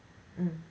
mm